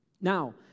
Now